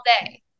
day